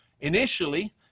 initially